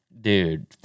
dude